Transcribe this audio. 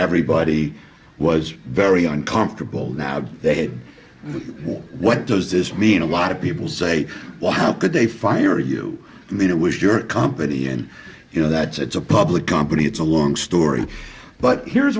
everybody was very uncomfortable now have they had what does this mean a lot of people say well how could they fire you i mean it was your company and you know that's it's a public company it's a long story but here's